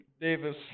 Davis